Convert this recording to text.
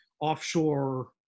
offshore